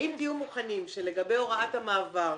האם תהיו מוכנים שלגבי הוראת המעבר,